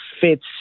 fits